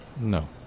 no